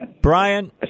Brian